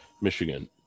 Michigan